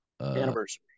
Anniversary